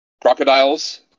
crocodiles